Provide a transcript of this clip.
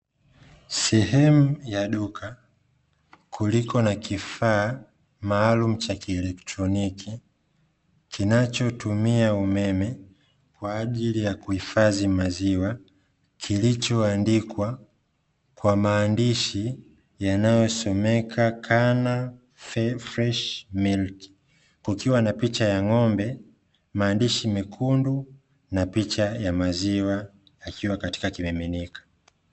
Sehemu ya duka kuliko na kifaa maalumu cha kielektroniki kinacho tumia umeme kwa ajili ya kuhifadhi maziwa kilicho andikwa kwa maandishi yanayo someka kama "Fresh Milk", kukiwa na picha ya ng'ombe maandishi mekundu na picha ya maziwa yakiwa katika kimiminika.